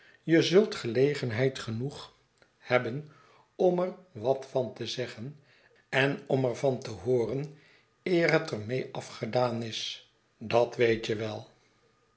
je zult gelegenheid genoeg hebben om er wat van te zeggen en om er van te hooren eer het er mee afgedaan is dat weet je wel